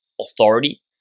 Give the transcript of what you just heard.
authority